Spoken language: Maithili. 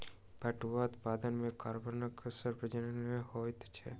पटुआक उत्पादन मे कार्बनक उत्सर्जन नै होइत छै